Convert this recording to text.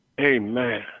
Amen